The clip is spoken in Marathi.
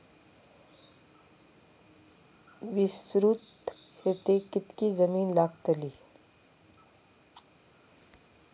विस्तृत शेतीक कितकी जमीन लागतली?